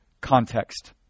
context